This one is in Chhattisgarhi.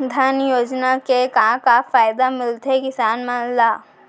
धन योजना के का का फायदा मिलथे किसान मन ला?